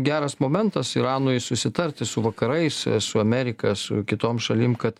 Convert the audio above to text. geras momentas iranui susitarti su vakarais su amerika su kitom šalim kad